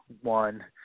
one